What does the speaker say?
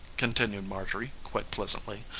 continued marjorie quite pleasantly.